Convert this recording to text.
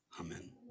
Amen